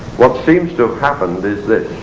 what seems to have happened is this